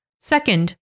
Second